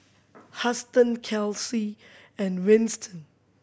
Huston Kelsea and Winston